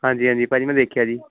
ਹਾਂਜੀ ਹਾਂਜੀ ਭਾਅ ਜੀ ਮੈਂ ਦੇਖਿਆ ਜੀ